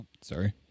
Sorry